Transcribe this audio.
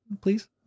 Please